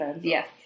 yes